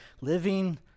living